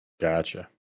Gotcha